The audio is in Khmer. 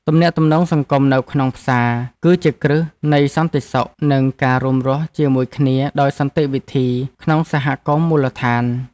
ទំនាក់ទំនងសង្គមនៅក្នុងផ្សារ គឺជាគ្រឹះនៃសន្តិសុខនិងការរួមរស់ជាមួយគ្នាដោយសន្តិវិធីក្នុងសហគមន៍មូលដ្ឋាន។